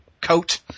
coat